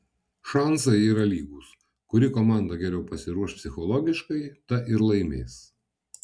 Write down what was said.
šansai yra lygūs kuri komanda geriau pasiruoš psichologiškai ta ir laimės